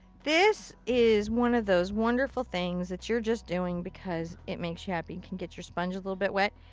this is one of those wonderful things that you're just doing because it makes you happy. you can get your sponge a little bit wet.